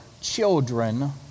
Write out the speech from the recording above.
children